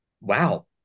Wow